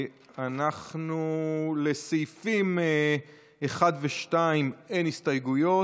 לסעיפים 2-1 אין הסתייגויות.